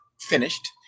finished